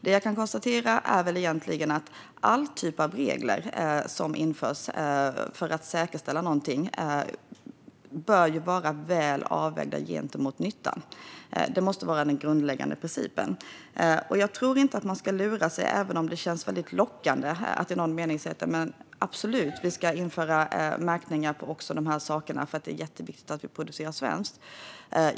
Alla former av regler som införs för att säkerställa något bör var väl avvägda gentemot nyttan. Det måste vara den grundläggande principen. Jag tror inte att man ska låta lura sig, även om det känns väldigt lockande att säga att vi absolut ska införa märkningar på dessa saker eftersom det är jätteviktigt att vi producerar svenskt.